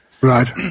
Right